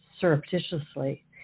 surreptitiously